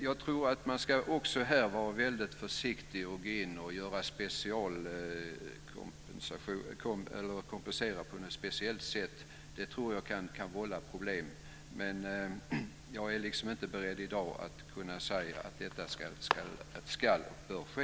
Jag tror att man också här ska vara försiktig med att gå in och kompensera på något speciellt sätt. Jag tror att det kan vålla problem. Jag är inte beredd att i dag säga att detta ska och bör ske.